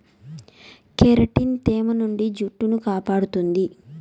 keratin తేమ నుండి జుట్టును కాపాడుతుంది